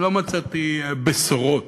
לא מצאתי בשורות.